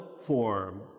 form